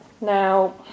Now